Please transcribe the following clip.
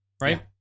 right